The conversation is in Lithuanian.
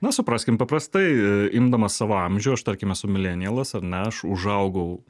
na supraskim paprastai imdamas savo amžių aš tarkim esu milenialas aš užaugau